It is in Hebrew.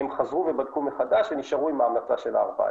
הם חזרו ובדקו מחדש, הם נשארו עם ההמלצה של ה-14.